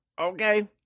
Okay